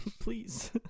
Please